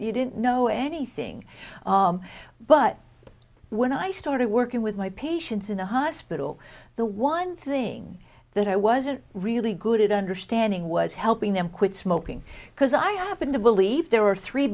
you didn't know anything but when i started working with my patients in the hospital the one thing that i wasn't really good at understanding was helping them quit smoking because i happen to believe there were three